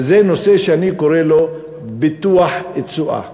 וזה נושא שאני קורא לו "ביטוח תשואה".